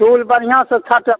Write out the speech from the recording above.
चूल बढ़िआँसँ छाँटब